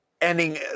Ending